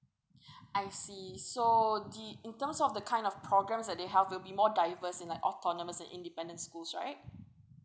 I see so the in terms of the kind of programs that they have it'll be more diverse in like autonomous and independent schools right